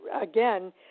again